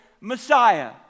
Messiah